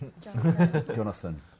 Jonathan